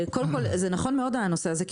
זה נכון מאוד הנושא הזה.